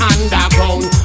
Underground